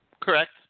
Correct